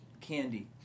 Candy